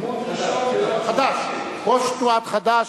החודש שלו נגמר.